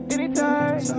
Anytime